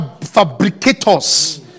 fabricators